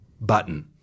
Button